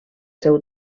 seu